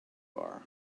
bar